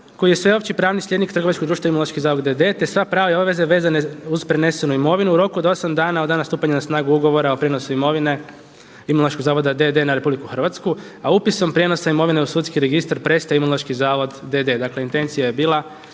koji je sveopći pravni slijednik trgovačkog društva Imunološki zavod d.d., te sva prava i obveze vezane uz prenesenu imovinu u roku od 8 dana od dana stupanja na snagu Ugovora o prijenosu imovine Imunološkog zavoda d.d. na RH, a upisom prijenosa imovine u sudski registar prestaje Imunološki zavod d.d. dakle intencija je bila